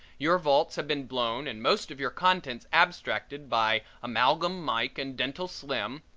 your vaults have been blown and most of your contents abstracted by amalgam mike and dental slim,